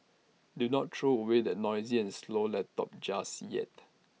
do not throw away that noisy and slow laptop just yet